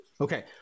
Okay